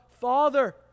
Father